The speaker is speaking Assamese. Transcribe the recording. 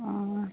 অঁ